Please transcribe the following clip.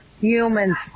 humans